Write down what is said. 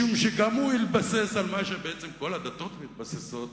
משום שגם הוא התבסס על מה שבעצם כל הדתות מתבססות,